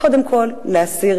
קודם כול להסיר,